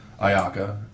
Ayaka